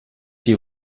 die